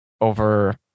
over